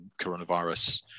coronavirus